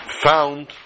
found